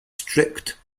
strict